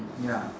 ya